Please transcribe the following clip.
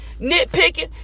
nitpicking